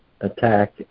attack